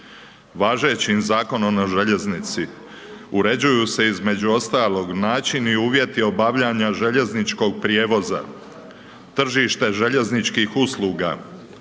Važećim Zakonom o željeznici, uređuju se, između ostalog načini i uvjeti obavljanja željezničkog prijevoza, tržište željezničkih usluga,